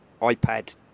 iPad